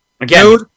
again